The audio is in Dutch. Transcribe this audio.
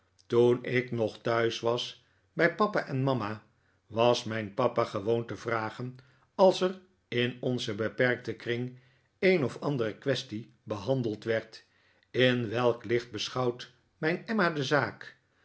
toen ik nog thuis was bij papa en mama was mijn papa gewoon te vragen als er in onzen beperkten kring een of andere quaestie behandeld werd in welk licht beschouwt mijn emma de zaak